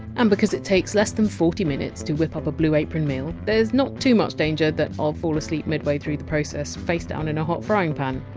and because it takes less than forty minutes to whip up a blue apron meal, there! s not too much danger that i! ah ll fall asleep midway through the process face down in a hot frying pan.